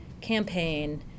campaign